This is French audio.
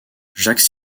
jacques